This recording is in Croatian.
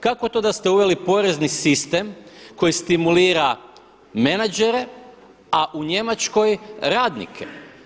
Kako to da ste uveli porezni sistem koji stimulira menadžere a u Njemačkoj radnike?